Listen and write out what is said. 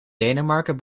denemarken